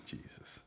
Jesus